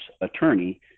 attorney